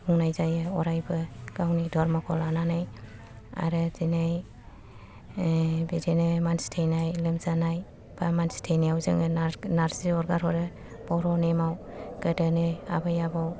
बुंनाय जायो अरायबो गावनि धर्मखौ लानानै आरो दिनै बिदिनो मानसि थैनाय लोमजानाय बा मानसि थैनायाव जोङो नार नारजि अरगार हरो गोदो बर'नि नेमाव गोदोनि आबै आबौ